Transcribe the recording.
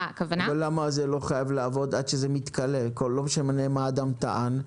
למה זה לא חייב לעבוד עד שזה מתכלה ולא משנה מה אדם טען?